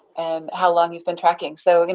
and how long he's been tracking. so,